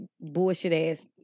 bullshit-ass